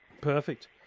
Perfect